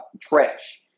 trash